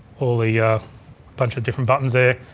all the ah bunch of different buttons there.